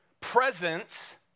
Presence